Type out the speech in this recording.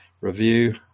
review